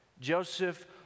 Joseph